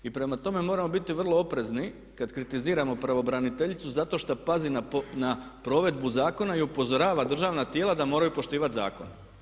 I prema tome moramo biti vrlo oprezni kada kritiziramo pravobraniteljicu zato što pazi na provedbu zakona i upozorava državna tijela da moraju poštivati zakon.